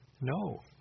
No